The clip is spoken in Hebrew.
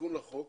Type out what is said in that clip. תיקון לחוק